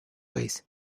ways